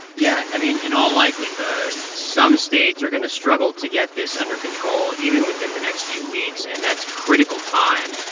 yeah, i mean, in all likelihood, some states are going to struggle to get this under control even within the next few weeks. and that's critical time.